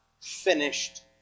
finished